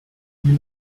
you